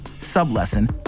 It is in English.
Sub-lesson